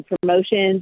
promotions